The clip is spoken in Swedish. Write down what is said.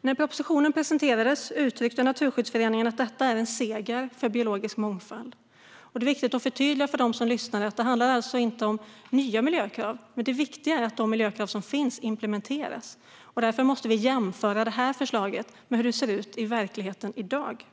När propositionen presenterades uttryckte Naturskyddsföreningen att detta är en seger för biologisk mångfald. Det är viktigt att förtydliga för dem som lyssnar att det alltså inte handlar om nya miljökrav, utan det viktiga är att de miljökrav som finns implementeras. Därför måste vi jämföra förslaget med hur det ser ut i verkligheten i dag.